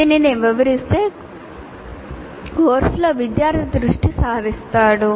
దీనిని వివరిస్తే కోర్సులో విద్యార్థి దృష్టి సాధిస్తాడు